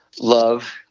love